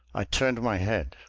i turned my head.